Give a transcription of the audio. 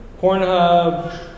Pornhub